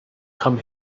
come